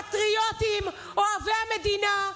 פטריוטים, אוהבי המדינה,